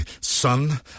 Son